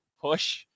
push